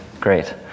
Great